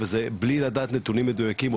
בלי לדעת נתונים מדויקים,